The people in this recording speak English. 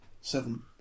seven